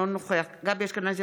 אינו נוכח גבי אשכנזי,